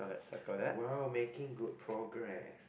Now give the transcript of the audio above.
!wow! making good progress